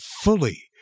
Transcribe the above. fully